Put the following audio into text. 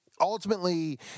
Ultimately